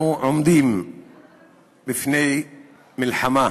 אנחנו עומדים בפני מלחמה